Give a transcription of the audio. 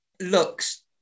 looks